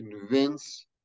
convince